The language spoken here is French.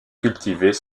cultivées